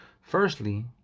Firstly